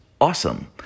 awesome